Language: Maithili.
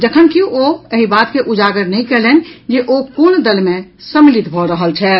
जखनकि ओ एहि बात के उजागर नहि कयलनि जे ओ कोन दल मे सम्मिलित भऽ रहल छथि